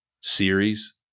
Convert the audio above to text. series